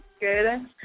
Good